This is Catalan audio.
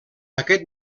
aquest